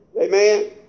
Amen